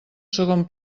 segon